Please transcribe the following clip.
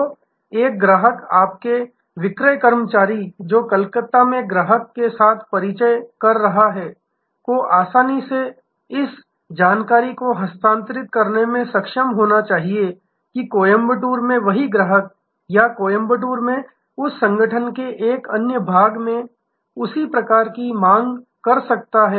तो एक ग्राहक आपके विक्रय कर्मचारी जो कलकत्ता में ग्राहक के साथ परिचय कर रहा है को आसानी से इस जानकारी को हस्तांतरित करने में सक्षम होना चाहिए कि कोयम्बटूर में वही ग्राहक या कोयम्बटूर में उस संगठन के एक अन्य भाग में उसी प्रकार की मांग कर सकता है